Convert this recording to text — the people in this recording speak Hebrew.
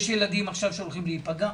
יש ילדים עכשיו שהולכים להיפגע.